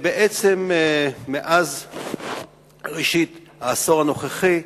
מאז ראשית העשור הנוכחי,